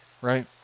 right